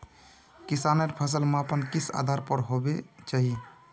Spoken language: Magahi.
किसानेर फसल मापन किस आधार पर होबे चही?